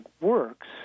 works